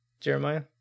Jeremiah